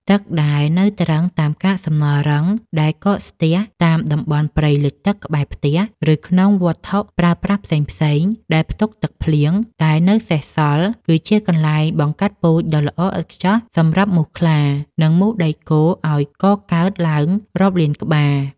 ទឹកដែលនៅទ្រឹងតាមកាកសំណល់រឹងដែលកកស្ទះ តាមតំបន់ព្រៃលិចទឹកក្បែរផ្ទះ ឬក្នុងវត្ថុប្រើប្រាស់ផ្សេងៗដែលផ្ទុកទឹកភ្លៀងដែលនៅសេសសល់ គឺជាកន្លែងបង្កាត់ពូជដ៏ល្អឥតខ្ចោះសម្រាប់មូសខ្លា និងមូសដែកគោលឱ្យកកើតឡើងរាប់លានក្បាល។